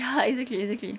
ya exactly exactly